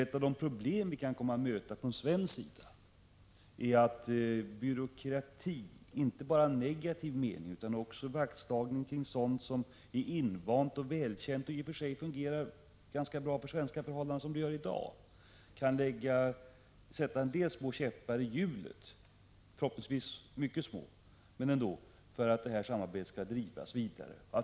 Ett av de problem vi kan komma att möta på svensk sida är ett vaktslående kring sådant som är invant och välkänt. Detta kan sätta en del käppar i hjulet — förhoppningsvis lätt brytbara käppar — för att samarbetet skall drivas vidare.